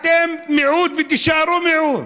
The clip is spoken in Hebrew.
אתם מיעוט ותישארו מיעוט.